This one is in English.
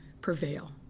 prevail